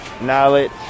Knowledge